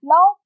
Now